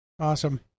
Awesome